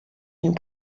une